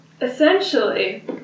essentially